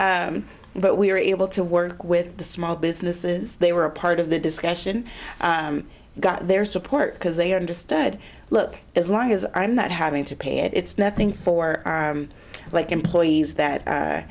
but we were able to work with the small businesses they were a part of the discussion got their support because they understood look as long as i'm not having to pay it it's nothing for like employees that